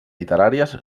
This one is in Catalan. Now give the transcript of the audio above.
literàries